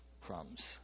crumbs